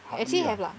actually have lah